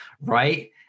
right